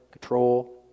control